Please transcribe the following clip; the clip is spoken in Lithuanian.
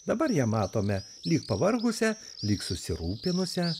dabar ją matome lyg pavargusią lyg susirūpinusią